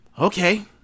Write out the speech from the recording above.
okay